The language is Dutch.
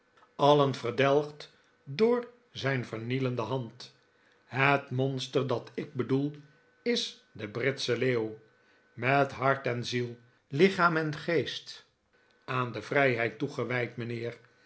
allen verdelgd door zijn vernielende hand het monster dat ik bedoel is de britsche leeuw met hart en ziel lichaam en geest aan de vrijheid toegewijd mijnheer